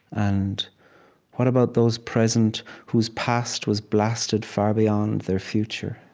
and what about those present whose past was blasted far beyond their future?